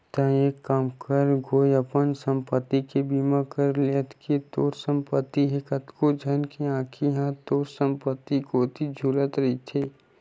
तेंहा एक काम कर गो अपन संपत्ति के बीमा करा ले अतेक तोर संपत्ति हे कतको झन के आंखी ह तोर संपत्ति कोती झुले रहिथे